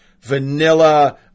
vanilla